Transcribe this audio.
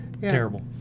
terrible